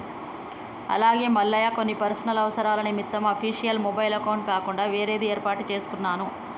అలాగే మల్లయ్య కొన్ని పర్సనల్ అవసరాల నిమిత్తం అఫీషియల్ మొబైల్ అకౌంట్ కాకుండా వేరేది ఏర్పాటు చేసుకున్నాను